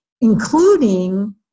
including